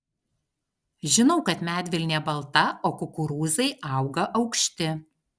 žinau kad medvilnė balta o kukurūzai auga aukšti